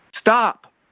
Stop